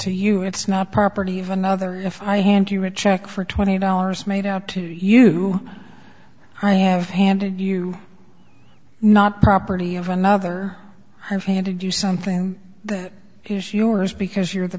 to you it's not property of another if i hand you a check for twenty dollars made out to you i have handed you not property of another man to do something that is yours because you're the